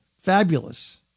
fabulous